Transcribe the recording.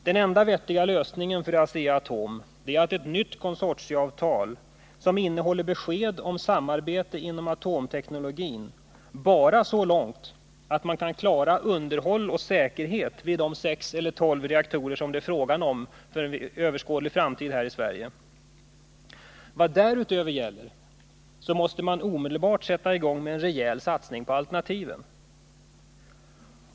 Den enda vettiga lösningen för Asea-Atom är att ett nytt konsortialavtal tecknas som innehåller besked om samarbete inom atomteknologin bara så långt att man kan klara underhåll och säkerhet vid de sex eller tolv reaktorer som det för överskådlig framtid är fråga om i Sverige. Därutöver måste man omedelbart sätta i gång med en rejäl satsning på alternativen.